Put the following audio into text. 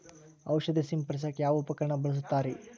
ಔಷಧಿ ಸಿಂಪಡಿಸಕ ಯಾವ ಉಪಕರಣ ಬಳಸುತ್ತಾರಿ?